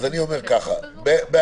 מי אני ומה אני?